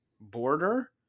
border